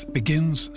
begins